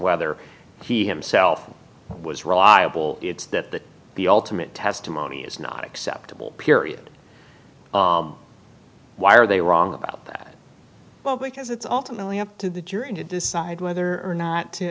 whether he himself was reliable it's that the ultimate testimony is not acceptable period why are they wrong about that well because it's alternately up to the jury to decide whether or not to